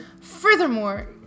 Furthermore